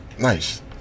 nice